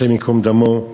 השם ייקום דמו,